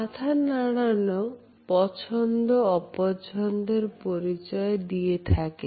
মাথা নাড়ানো পছন্দ অপছন্দের পরিচয় দিয়ে থাকে